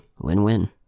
Win-win